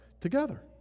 together